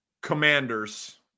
Commanders